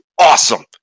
awesome